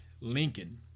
Lincoln